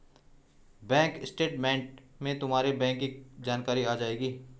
bank statement में तुम्हारे खाते की जानकारी आ जाएंगी